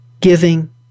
giving